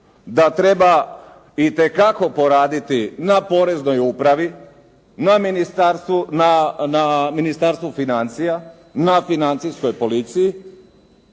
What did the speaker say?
da treba itekako poraditi na poreznoj upravi, na Ministarstvu financija, na Financijskoj policiji.